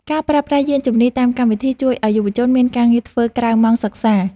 ការប្រើប្រាស់យានជំនិះតាមកម្មវិធី ជួយឱ្យយុវជនមានការងារធ្វើក្រៅម៉ោងសិក្សា។